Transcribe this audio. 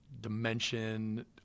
dimension